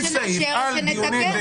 נוסיף סעיף --- עו"ד ליבנה,